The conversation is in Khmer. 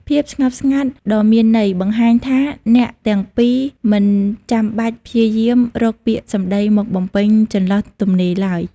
ភាពស្ងប់ស្ងាត់ដ៏មានន័យ បង្ហាញថាអ្នកទាំងពីរមិនចាំបាច់ព្យាយាមរកពាក្យសម្ដីមកបំពេញចន្លោះទំនេរឡើយ។